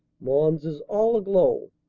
mons is all aglow.